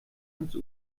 ans